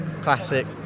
classic